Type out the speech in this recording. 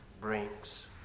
brings